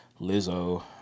Lizzo